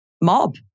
Mob